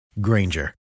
Granger